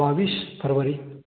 बाईस फरवरी